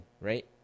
right